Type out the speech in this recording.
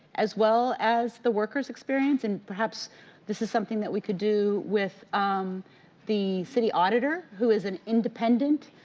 as well as the workers experience and perhaps this is something that we could do with the city auditor, who is an independent